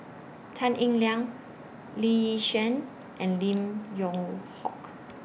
Tan Eng Liang Lee Yi Shyan and Lim Yew Hock